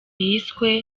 yiswe